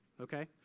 okay